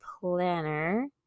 planner